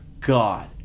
God